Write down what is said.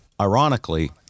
ironically